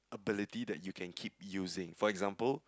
ability that you can keep using for example